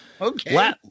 Okay